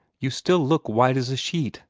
you still look white as a sheet,